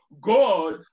God